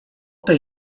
tej